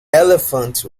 elephant